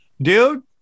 Dude